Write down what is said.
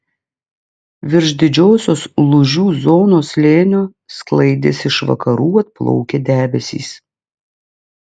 virš didžiosios lūžių zonos slėnio sklaidėsi iš vakarų atplaukę debesys